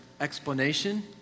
explanation